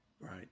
Right